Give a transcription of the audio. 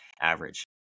average